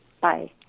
Bye